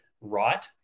right